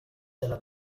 della